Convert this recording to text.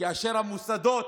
כאשר המוסדות